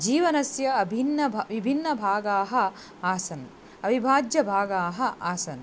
जीवनस्य अभिन्नाः विभिन्नभागाः आसन् अविभाज्यभागाः आसन्